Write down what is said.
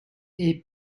est